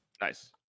nice